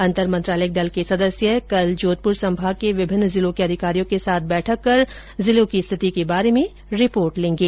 अंतर मंत्रालयिक दल के सदस्य कल जोधपुर संभाग के विभिन्न जिलों के अधिकारियों के साथ बैठक कर जिले की स्थिति के बारे में रिपोर्ट लेंगे